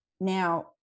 Now